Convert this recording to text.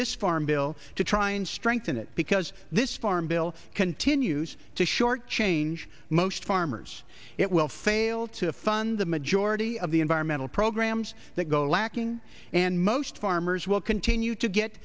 this farm bill to try and strengthen it because this farm bill continues to shortchange most farmers it will fail to fund the majority of the environmental programs that go lacking and most farmers will continue to get